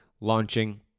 launching